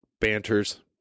banters